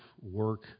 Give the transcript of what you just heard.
work